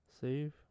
Save